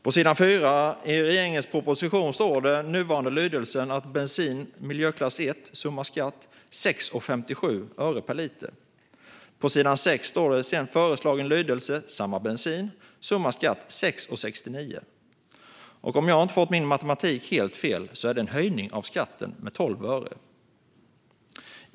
På s. 4 i regeringens proposition står i nuvarande lydelse att för bensin i miljöklass 1 är summa skatt 6,57 kronor per liter. På s. 6 står det sedan i en föreslagen lydelse för samma bensin att summa skatt är 6,69 kronor. Om jag inte har fått min matematik helt fel är det en höjning av skatten med 12 öre.